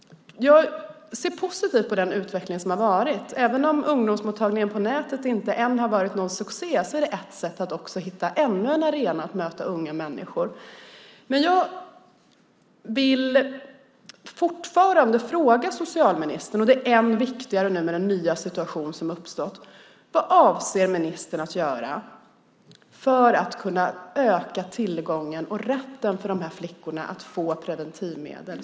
Jag ser positivt på den utveckling som varit. Även om ungdomsmottagningen på nätet inte än har varit någon succé är det ett sätt att hitta ännu en arena att möta unga människor. Jag vill fortfarande fråga socialministern, och det är än viktigare nu med den nya situation som uppstått: Vad avser ministern att göra för att kunna öka tillgången till och rätten för dessa flickor att få preventivmedel?